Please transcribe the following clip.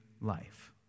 life